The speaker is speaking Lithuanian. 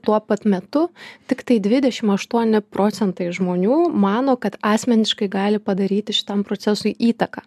tuo pat metu tiktai dvidešim aštuoni procentai žmonių mano kad asmeniškai gali padaryti šitam procesui įtaką